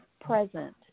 present